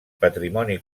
patrimoni